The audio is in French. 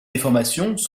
déformations